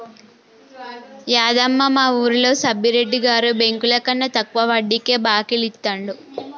యాదమ్మ, మా వూరిలో సబ్బిరెడ్డి గారు బెంకులకన్నా తక్కువ వడ్డీకే బాకీలు ఇత్తండు